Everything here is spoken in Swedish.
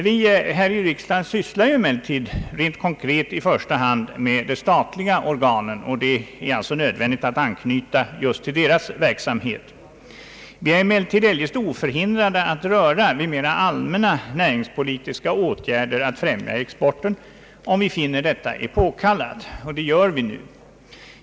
Vi här i riksdagen sysslar emellertid rent konkret i första hand med de statliga organen, och det är alltså nödvändigt att anknyta just till deras verksamhet. Vi är likväl ännu oförhindrade att röra vid mera allmänna näringspolitiska åtgärder att främja exporten, om vi finner detta påkallat. Och det gör vi nu.